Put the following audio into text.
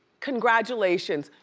congratulations.